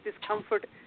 discomfort